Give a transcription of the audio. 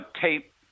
tape